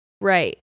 right